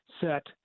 set